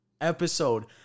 episode